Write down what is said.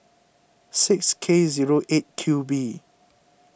six K zero eight Q B